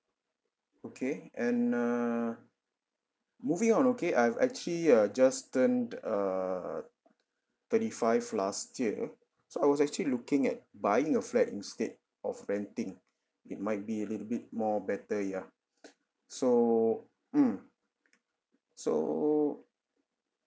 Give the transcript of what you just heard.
okay and err moving on okay I've actually uh just turned err thirty five last year so I was actually looking at buying a flat instead of renting it might be a little bit more better ya so mm so